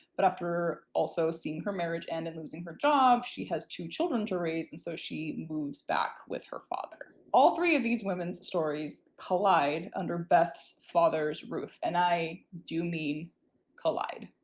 but after also seeing her marriage end and losing her job, she has two children to raise and so she moves back with her father. all three of these women's stories collide under beth's father's roof. and i do mean collide.